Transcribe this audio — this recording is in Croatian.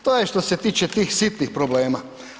To je što se tiče tih sitnih problema.